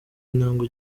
intabwe